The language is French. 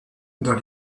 dans